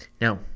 Now